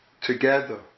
together